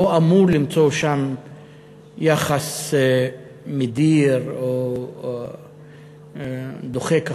לא אמור למצוא שם יחס מדיר או דוחק החוצה.